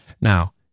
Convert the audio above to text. Now